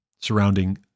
surrounding